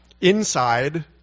inside